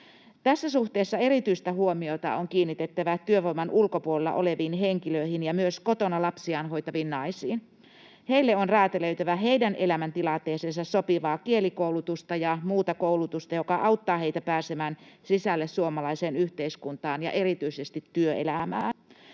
Tässä suhteessa erityistä huomiota on kiinnitettävä työvoiman ulkopuolella oleviin henkilöihin ja myös kotona lapsiaan hoitaviin naisiin. Heille on räätälöitävä heidän elämäntilanteeseensa sopivaa kielikoulutusta ja muuta koulutusta, joka auttaa heitä pääsemään sisälle suomalaiseen yhteiskuntaan ja erityisesti työelämään.